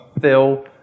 Phil